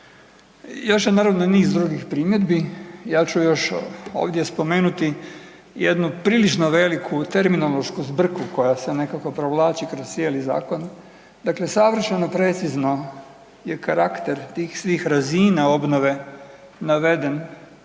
Još je naravno i niz drugi primjedbi, ja ću još ovdje spomenuti jednu prilično veliku terminološku zbrku koja se nekako provlači kroz cijeli Zakon, dakle savršeno precizno je karakter tih svih razina obnove naveden